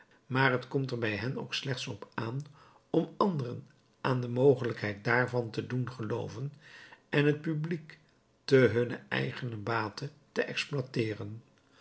maar het komt er bij hen ook slechts op aan om anderen aan de mogelijkheid daarvan te doen gelooven en het publiek ten hunnen eigenen bate te exploiteeren